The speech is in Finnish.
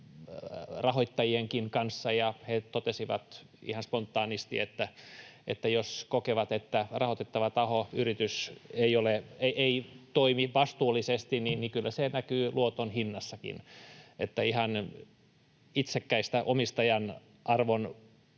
rahoittajienkin kanssa, ja he totesivat ihan spontaanisti, että jos he kokevat, että rahoitettava taho, yritys, ei toimi vastuullisesti, niin kyllä se näkyy luoton hinnassakin. Eli ihan itsekkäistä omistajan arvon